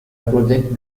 project